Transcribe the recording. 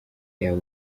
yawe